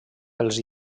pels